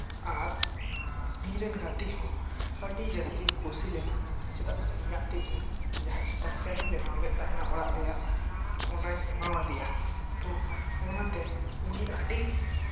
ᱟᱨ ᱤᱧ ᱨᱮᱱ ᱜᱟᱛᱮ ᱦᱚᱸ ᱟᱹᱰᱤ ᱡᱟᱹᱥᱛᱤ ᱠᱩᱥᱤ ᱞᱮᱱᱟ ᱪᱮᱫᱟᱜ ᱥᱮ ᱤᱧᱟᱹᱜ ᱛᱤ ᱛᱮ ᱡᱟᱦᱟᱸ ᱮᱥᱴᱟᱠᱪᱟᱨ ᱤᱧ ᱵᱮᱱᱟᱣ ᱞᱮᱫ ᱛᱟᱦᱮᱱᱟ ᱚᱲᱟᱜ ᱨᱮᱭᱟᱜ ᱚᱱᱟᱧ ᱮᱢᱟᱣ ᱟᱫᱮᱭᱟ ᱛᱚ ᱚᱱᱟᱛᱮ ᱩᱱᱤ ᱟᱹᱰᱤ